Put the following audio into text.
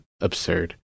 absurd